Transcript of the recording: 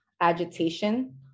agitation